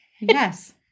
Yes